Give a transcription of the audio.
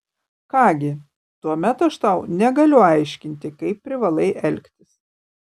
ką gi tuomet aš tau negaliu aiškinti kaip privalai elgtis